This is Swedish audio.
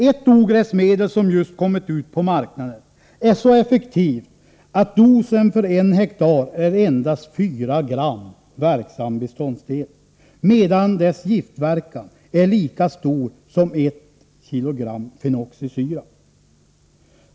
Ett ogräsmedel som just kommit ut på marknaden är så effektivt att dosen för en hektar är endast 4 gram verksam beståndsdel, medan dess giftverkan är lika stor som 1 kg fenoxisyra.